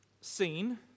seen